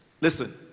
Listen